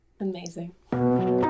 amazing